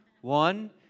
One